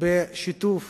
בשיתוף